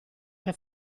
che